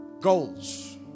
Goals